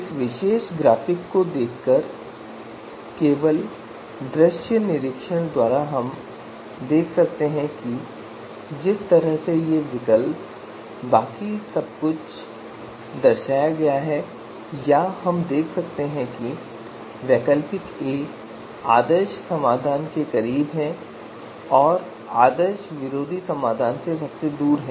इस विशेष ग्राफिक को देखकर केवल दृश्य निरीक्षण द्वारा हम देख सकते हैं कि जिस तरह से ये विकल्प और बाकी सब कुछ दर्शाया गया है या हम देख सकते हैं कि वैकल्पिक ए आदर्श समाधान के करीब है और आदर्श विरोधी समाधान से सबसे दूर है